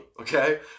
Okay